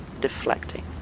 deflecting